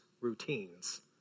routines